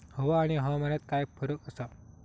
हवा आणि हवामानात काय फरक असा?